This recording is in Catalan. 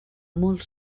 molt